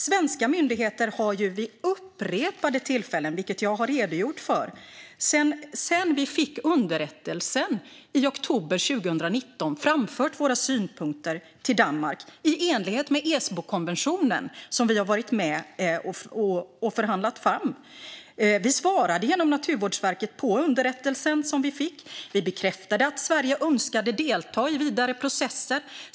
Svenska myndigheter har vid upprepade tillfällen, vilket jag har redogjort för, sedan vi i oktober 2019 fick underrättelsen framfört våra synpunkter till Danmark, i enlighet med Esbokonventionen som vi har varit med och förhandlat fram. Vi svarade genom Naturvårdsverket på underrättelsen som vi fick. Vi bekräftade att Sverige önskade delta i vidare processer.